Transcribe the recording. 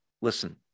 listen